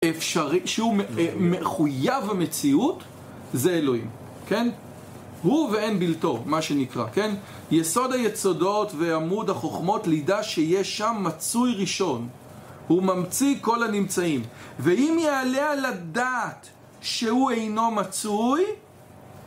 שהוא מחויב המציאות, זה אלוהים, כן? הוא ואין בלתו, מה שנקרא, כן? יסוד היסודות ועמוד החוכמות לידע שיש שם מצוי ראשון הוא ממציא כל הנמצאים ואם יעלה על הדעת שהוא אינו מצוי